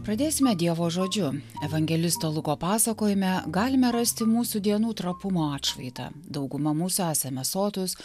pradėsime dievo žodžiu evangelisto luko pasakojime galime rasti mūsų dienų trapumo atšvaitą dauguma mūsų esame sotūs